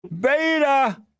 beta